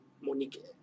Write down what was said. Monique